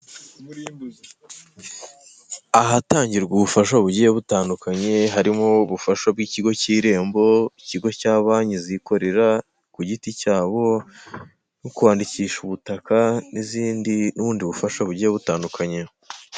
Ahatangirwa ubufasha bugiye butandukanye harimo ubufasha bw'ikigo k'irembo, ikigo cya banki zikorera ku giti cyabo, nko kwandikisha ubutaka n'izindi n'ubundi bufasha bugiye butandukanye.